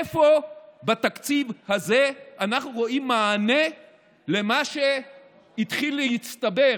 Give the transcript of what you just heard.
איפה בתקציב הזה אנחנו רואים מענה למה שהתחיל להצטבר